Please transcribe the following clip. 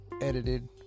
edited